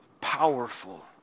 Powerful